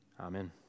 Amen